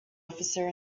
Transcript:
officer